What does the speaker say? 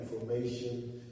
information